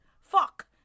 fuck